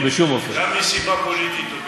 רק מסיבה פוליטית.